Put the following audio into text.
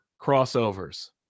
crossovers